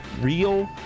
real